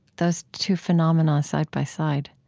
those two phenomena side by side